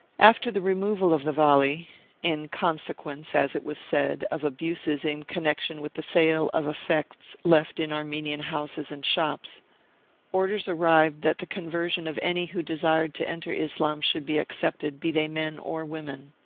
after the re moval of the vali in consequence, as it was said, of abuses in connection with the sale of effects left in armenian houses and shops orders arrived that the conversion of any who desired to enter islam should be accepted, be they men or women.